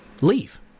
Leave